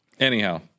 Anyhow